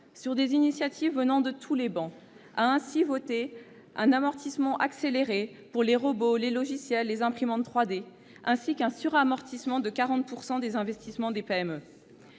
sur des initiatives venant de toutes les travées, a ainsi voté un amortissement accéléré pour les robots, logiciels et imprimantes 3D, ainsi qu'un suramortissement de 40 % des investissements des PME.